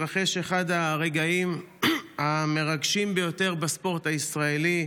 הרגעים המרגשים ביותר בספורט הישראלי.